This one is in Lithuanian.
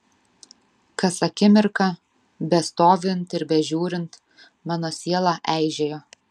kas akimirką bestovint ir bežiūrint mano siela eižėjo